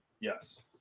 Yes